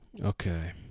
Okay